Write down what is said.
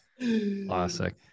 classic